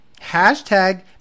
hashtag